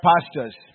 pastors